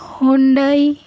Hyundai